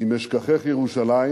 "אם אשכחך ירושלים